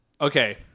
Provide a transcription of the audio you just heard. Okay